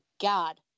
God